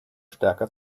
stärker